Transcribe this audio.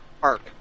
Park